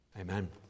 Amen